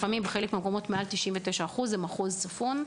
לפעמים מעל 99% הם מחוז צפון.